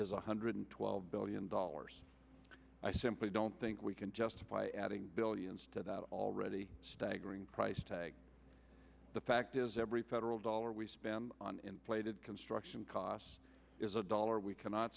one hundred twelve billion dollars i simply don't think we can justify adding billions to that already staggering price tag the fact is every federal dollar we spend on inflated construction costs is a dollar we cannot